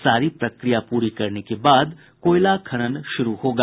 सारी प्रक्रिया पूरी करने के बाद कोयला खनन शुरू होगा